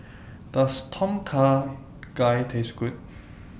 Does Tom Kha Gai Taste Good